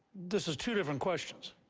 this is two different questions.